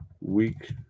week